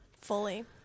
fully